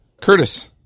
Curtis